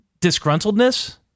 disgruntledness